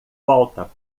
volta